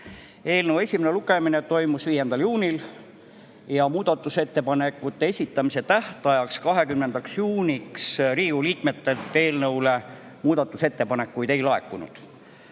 Eelnõu esimene lugemine toimus 5. juunil ja muudatusettepanekute esitamise tähtajaks, 20. juuniks Riigikogu liikmetelt eelnõu kohta muudatusettepanekuid ei laekunud.